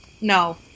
No